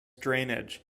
drainage